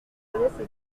connaissent